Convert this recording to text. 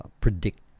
predict